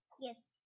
Yes